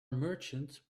merchants